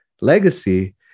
Legacy